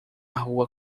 rua